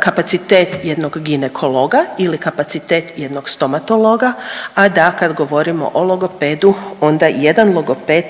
kapacitet jednog ginekologa ili kapacitet jednog stomatologa, a da kad govorimo o logopedu onda jedan logoped